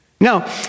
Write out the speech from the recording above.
Now